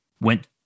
went